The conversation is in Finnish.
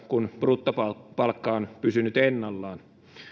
kun bruttopalkka on pysynyt ennallaan